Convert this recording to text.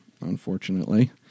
unfortunately